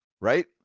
right